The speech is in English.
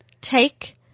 take